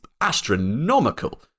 astronomical